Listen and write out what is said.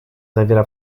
zawiera